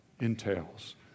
entails